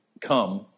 come